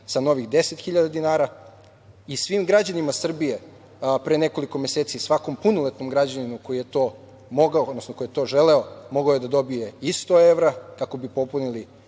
sa novih 10.000 dinara i svim građanima Srbije, pre nekoliko meseci je svakom punoletnom građaninu koji je to želeo, mogao je da dobije 100 evra, kako bi popunili